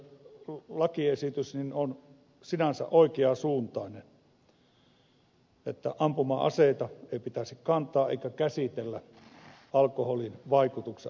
asellin lakiesitys on sinänsä oikeansuuntainen että ampuma aseita ei pitäisi kantaa eikä käsitellä alkoholin vaikutuksen alaisena